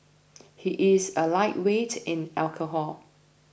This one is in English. he is a lightweight in alcohol